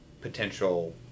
potential